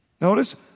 Notice